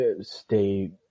stay